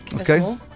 Okay